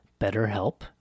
BetterHelp